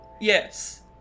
Yes